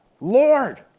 Lord